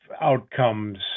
outcomes